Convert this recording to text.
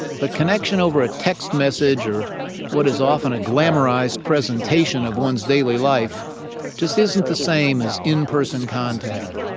but connection over a text message or what is often a glamorized presentation of one's daily life just isn't the same as in-person contact.